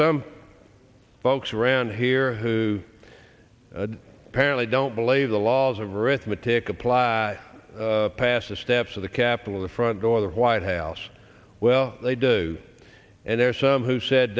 some folks around here who apparently don't believe the laws of arithmetic apply past the steps of the capitol of the front door the white house well they do and there are some who said